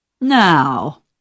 Now